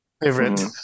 Favorite